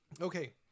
Okay